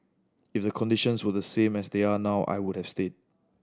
if the conditions were the same as they are now I would have stay